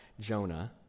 Jonah